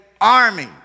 army